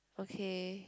okay